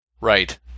Right